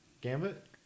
Gambit